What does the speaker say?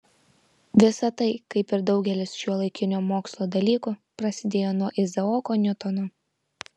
visa tai kaip ir daugelis šiuolaikinio mokslo dalykų prasidėjo nuo izaoko niutono